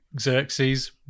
Xerxes